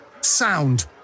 sound